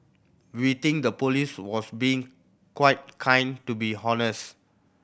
we think the police was being quite kind to be honest